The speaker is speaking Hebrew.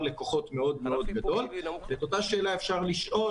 לקוחות מאוד מאוד גדול ואת אותה שאלה אפשר לשאול,